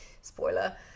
Spoiler